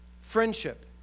friendship